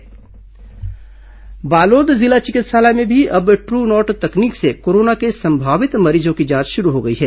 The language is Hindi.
कोरोना टेस्टिंग बालोद जिला चिकित्सालय में भी अब ट्रू नॉट तकनीक से कोरोना के संभावित मरीजों की जांच शुरू हो गई है